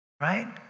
right